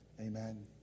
amen